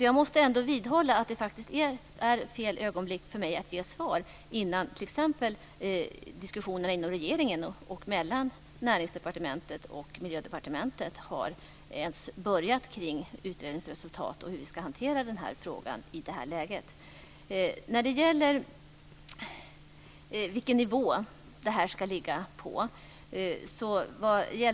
Jag måste vidhålla att det faktiskt är fel ögonblick för mig att ge svar nu innan t.ex. diskussionen inom regeringen och mellan Näringsdepartementet och Miljödepartementet ens har börjat kring utredningens resultat och om hur vi ska hantera frågan i det här läget. Sedan gällde det vilken nivå det här ska ligga på.